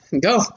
go